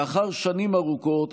לאחר שנים ארוכות